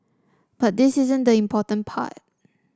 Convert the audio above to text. but this isn't the important part